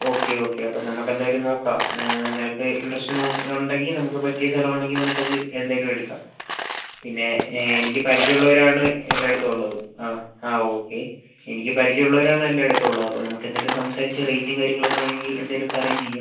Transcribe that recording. okay okay അപ്പം നമുക്ക് എന്തായാലും നോക്കാം നിനക്ക് ഇൻറ്ററസ്റ്റ് ഉണ്ടെങ്കിൽ നമുക്ക് പറ്റിയ സ്ഥലമാണെങ്കിൽ നമുക്ക് അത് എന്തായാലും എടുക്കാം പിന്നെ എനിക്ക് പരിചയം ഉള്ളവരാണ് എല്ലായിടത്തും ഉള്ളത് ആ ആ ഓക്കെ എനിക്ക് പരിചയം ഉള്ളവരാണ് എല്ലായിടത്തും ഉള്ളത് അപ്പം നമുക്ക് സംസാരിച്ച് റേറ്റും കാര്യങ്ങൾ ഒക്കെ വേണമെങ്കിൽ എന്തെങ്കിലുമൊക്കെ അറേഞ്ച് ചെയ്യാം